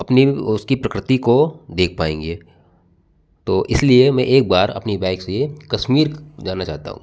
अपनी उसकी प्रकृति को देख पाएँगे तो इसलिए मैं एक बार अपनी बाइक से कश्मीर जाना चाहता हूँ